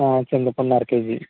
కళ్ళుఉప్పు అండి అర కేజీ